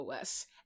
OS